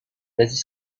l’asie